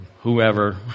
whoever